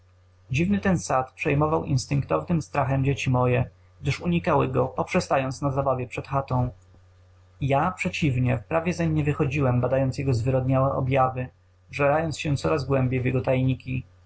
dziwny ten sad przejmował instynktownym strachem dzieci moje gdyż unikały go poprzestając na zabawie przed chatą ja przeciwnie prawie zeń nie wychodziłem badając jego zwyrodniałe objawy wżerając się coraz głębiej w jego tajniki